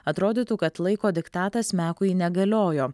atrodytų kad laiko diktatas mekui negaliojo